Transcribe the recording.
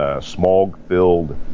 smog-filled